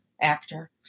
actor